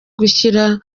gushyira